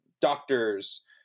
doctors